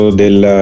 del